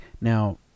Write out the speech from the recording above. Now